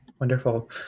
Wonderful